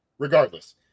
Regardless